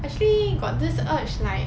actually got this urge like